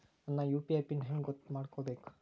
ನನ್ನ UPI PIN ಹೆಂಗ್ ಗೊತ್ತ ಮಾಡ್ಕೋಬೇಕು?